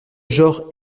genre